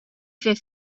fer